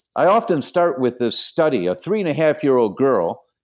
i often start with this study, a three and a half year-old girl,